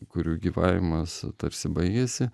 kurių gyvavimas tarsi baigiasi